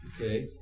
okay